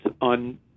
on